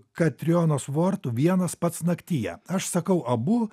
katrionos vort vienas pats naktyje aš sakau abu